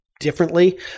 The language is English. differently